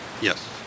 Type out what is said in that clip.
Yes